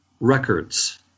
records